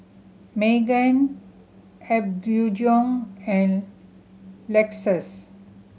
Megan Apgujeong and Lexus